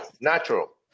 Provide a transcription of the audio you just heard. natural